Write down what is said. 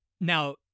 Now